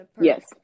yes